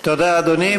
תודה, אדוני.